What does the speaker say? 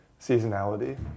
seasonality